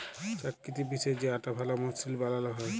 চাক্কিতে পিসে যে আটা ভাল মসৃল বালাল হ্যয়